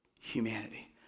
humanity